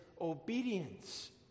obedience